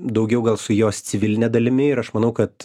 daugiau gal su jos civiline dalimi ir aš manau kad